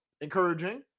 encouraging